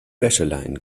wäscheleinen